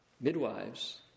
Midwives